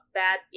bad